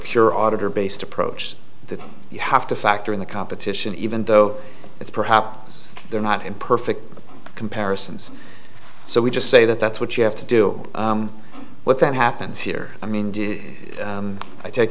pure auditor based approach that you have to factor in the competition even though it's perhaps they're not in perfect comparisons so we just say that that's what you have to do what that happens here i mean do i take